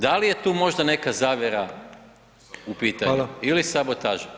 Da li je tu možda neka zavjera u pitanju ili sabotaža.